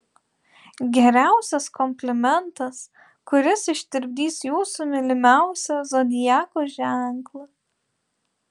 geriausias komplimentas kuris ištirpdys jūsų mylimiausią zodiako ženklą